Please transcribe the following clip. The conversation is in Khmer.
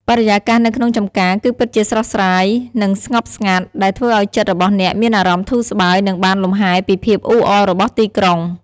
បរិយាកាសនៅក្នុងចម្ការគឺពិតជាស្រស់ស្រាយនិងស្ងប់ស្ងាត់ ដែលធ្វើឱ្យចិត្តរបស់អ្នកមានអារម្មណ៍ធូរស្បើយនិងបានលម្ហែពីភាពអ៊ូអររបស់ទីក្រុង។